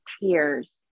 tears